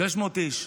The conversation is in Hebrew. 600 איש.